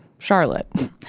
Charlotte